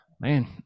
man